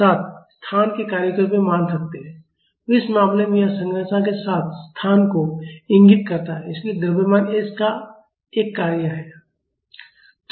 तो इस मामले में यह संरचना के साथ स्थान को इंगित करता है इसलिए द्रव्यमान s का एक कार्य है